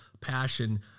passion